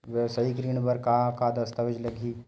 वेवसायिक ऋण बर का का दस्तावेज लगही?